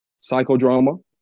Psychodrama